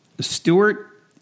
Stewart